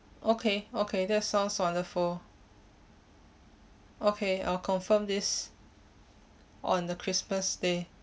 okay okay that sounds wonderful okay I'll confirm this on the christmas day